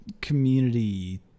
community